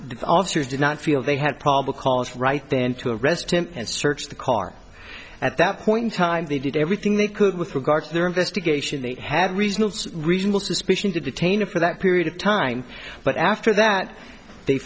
did not feel they had probable cause right then to arrest him and search the car at that point in time they did everything they could with regard to their investigation they have reasonable reasonable suspicion to detain him for that period of time but after that they